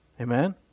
Amen